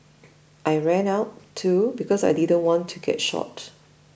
I ran out too because I didn't want to get shot